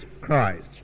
Christ